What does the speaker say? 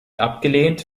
abgelehnt